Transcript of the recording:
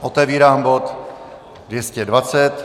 Otevírám bod 220 .